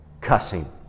cussing